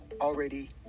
already